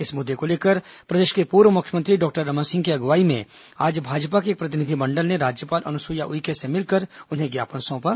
इस मुद्दे को लेकर प्रदेश के पूर्व मुख्यमंत्री डॉक्टर रमन सिंह की अगुवाई में आज भाजपा के एक प्रतिनिधिमंडल ने राज्यपाल अनुसुईया उइके से मिलकर उन्हें ज्ञापन सौंपा